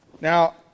Now